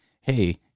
Hey